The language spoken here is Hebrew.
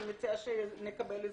אני מציעה שנקבל הסברים.